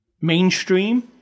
mainstream